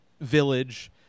village